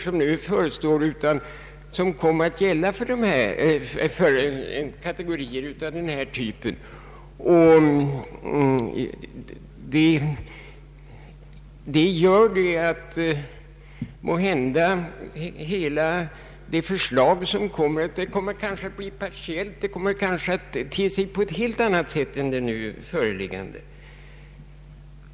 Det betyder att resultatet av nu pågående utredningsarbete kommer att te sig på ett helt annat sätt än som är tänkt i det förslag från riksförsäkringsverket som nu föreligger.